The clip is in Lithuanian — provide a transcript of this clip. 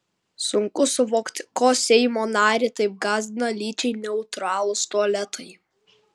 sunku suvokti ko seimo narį taip gąsdina lyčiai neutralūs tualetai